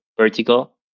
vertical